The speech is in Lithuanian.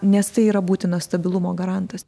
nes tai yra būtinas stabilumo garantas